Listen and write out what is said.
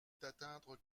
d’atteindre